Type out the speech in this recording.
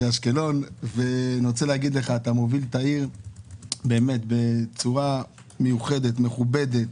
אתה מוביל את העיר בצורה מיוחדת, מכובדת.